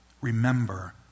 remember